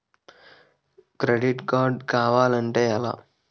Credit card కావాలి అంటే ఎలా?